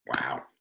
Wow